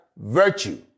virtue